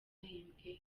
bahembwe